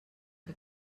que